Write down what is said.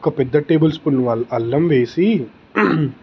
ఒక పెద్ద టేబుల్స్పూన్ వ అల్లం వేసి